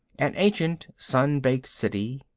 an ancient, sun-baked city,